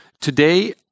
Today